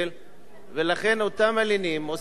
ולכן אותם מלינים עושים פוליטיקה,